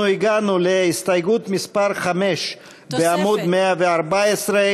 אנחנו הגענו להסתייגות מס' 5 בעמוד 114,